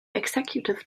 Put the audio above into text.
executive